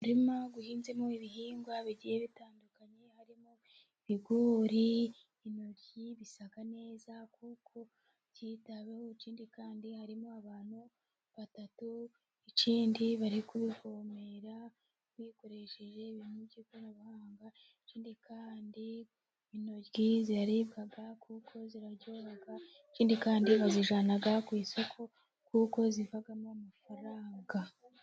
Umurima uhinzemo ibihingwa bigiye bitandukanye, harimo ibigori, intoryi, bisa neza kuko byitaweho, ikindi kandi harimo abantu batatu, ikindi bari kuwuvomera bakoresheje ibintu by'ikoranabuhanga. Ikindi kandi intoryi ziraribwa, kuko ziraryoha, ikindi kandi bazijyana ku isoko, kuko zivamo amafaranga.